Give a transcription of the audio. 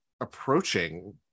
approaching